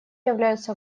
являются